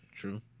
True